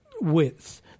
width